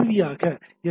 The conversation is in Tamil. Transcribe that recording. இறுதியாக எஸ்